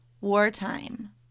wartime